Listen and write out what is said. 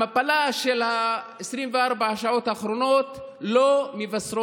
המפלה של 24 השעות האחרונות לא מבשרת